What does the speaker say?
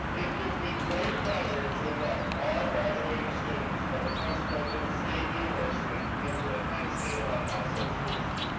it gives me great pleasure to induct all graduating students of the pennsylvania state university into the penn state alumni association.